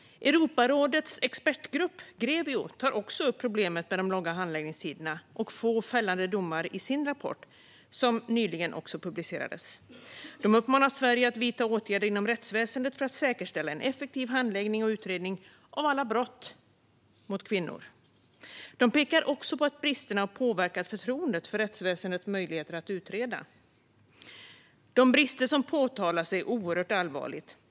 Europarådets expertgrupp Grevio tar också upp problemet med de långa handläggningstiderna och få fällande domar i sin rapport, som också nyligen publicerades. De uppmanar Sverige att vidta åtgärder inom rättsväsendet för att säkerställa en effektiv handläggning och utredning av alla brott mot kvinnor. De pekar också på att bristerna har påverkat förtroendet för rättsväsendets möjligheter att utreda. De brister som påtalas är oerhört allvarliga.